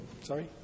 sorry